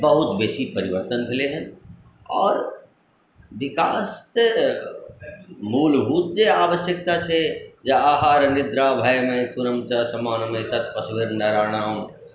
बहुत बेसी परिवर्तन भेलै हँ आओर विकास तऽ मूलभूते आवश्यकता छै जे आहार निद्रा भय मैथुनं च सामान्यमेतत् पशुभिर्नराणाम्